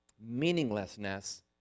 meaninglessness